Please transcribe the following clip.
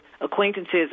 acquaintances